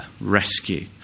rescue